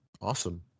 Awesome